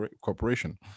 corporation